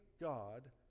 God